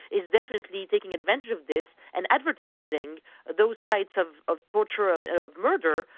is definitely taking advantage of this and advertising those sites of of torture, of and ah murder,